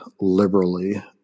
liberally